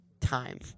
time